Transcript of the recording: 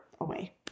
away